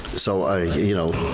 so, ah you know.